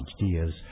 ideas